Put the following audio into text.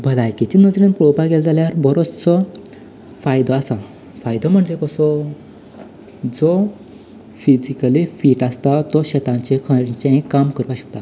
भलायकेच्या नजरेन पळोवपाक गेलें जाल्यार बरोचसो फायदो आसा फायदो म्हणजे कसो जो फिजीकली फिट आसतां तो शेतांचे खंयचेय काम करपाक शकतात